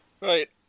Right